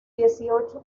dieciocho